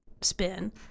spin